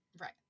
Right